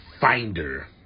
finder